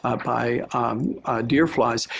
ah by deer flies,